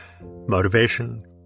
Motivation